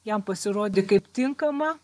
jam pasirodė kaip tinkama